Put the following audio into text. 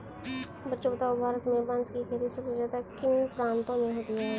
बच्चों बताओ भारत में बांस की खेती सबसे ज्यादा किन प्रांतों में होती है?